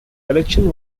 collection